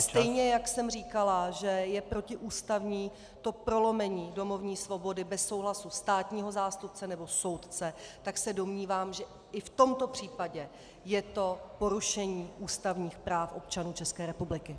Stejně jak jsem říkala, že je protiústavní to prolomení domovní svobody bez souhlasu státního zástupce nebo soudce, tak se domnívám, že i v tomto případě je to porušení ústavních práv občanů České republiky.